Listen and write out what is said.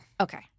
Okay